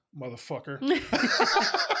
motherfucker